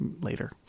later